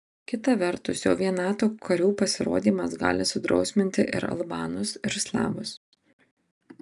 kita vertus jau vien nato karių pasirodymas gali sudrausminti ir albanus ir slavus